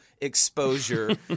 exposure